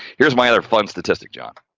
here's my other fun statistic, john.